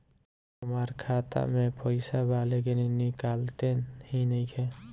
हमार खाता मे पईसा बा लेकिन निकालते ही नईखे?